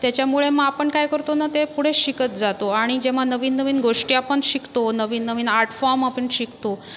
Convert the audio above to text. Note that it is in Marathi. त्याच्यामुळे मग आपण काय करतो ना ते पुढे शिकत जातो आणि जेव्हा नवीन नवीन गोष्टी आपण शिकतो नवीन नवीन आर्ट फॉर्म आपण शिकतो